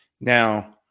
Now